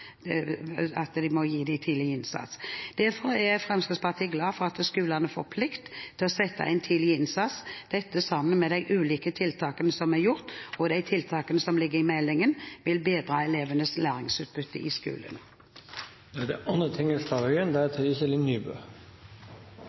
tidlig innsats. Derfor er Fremskrittspartiet glad for at skolene får plikt til å gi tidlig innsats. Dette, sammen med de ulike tiltakene som er gjort, og de tiltakene som ligger i meldingen, vil bedre elevenes læringsutbytte i skolen. Slik jeg ser det,